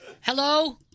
Hello